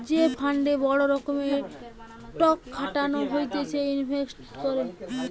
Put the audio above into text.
যে ফান্ডে বড় রকমের টক খাটানো হতিছে ইনভেস্টমেন্ট করে